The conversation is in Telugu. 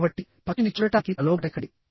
కాబట్టి పక్షిని చూడటానికి ప్రలోభపడకండి